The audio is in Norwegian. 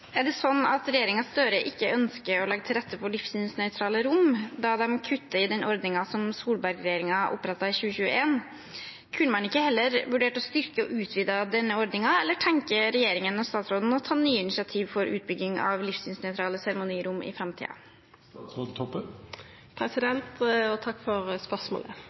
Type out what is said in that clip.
er trukket. «Er det slik at regjeringen Støre ikke ønsker å legge til rette for livssynsnøytrale rom da de kutter i den ordningen som Solberg-regjeringen opprettet i 2021, kunne man ikke heller styrke og utvide denne eller tenker regjeringen og statsråden å ta et nytt initiativ for utbyggingen av livssynsnøytrale seremonirom i fremtiden?» Eg vil først seia til representanten at Solberg-regjeringa ikkje oppretta ei ny ordning for